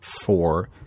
four